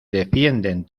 defienden